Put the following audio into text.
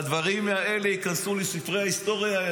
הדברים האלה ייכנסו לספרי ההיסטוריה.